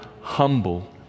humble